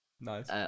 Nice